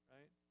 Right